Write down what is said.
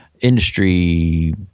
industry